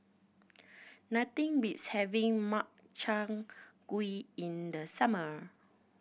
nothing beats having Makchang Gui in the summer